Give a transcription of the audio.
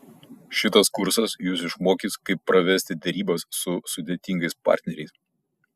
šitas kursas jus išmokys kaip pravesti derybas su sudėtingais partneriais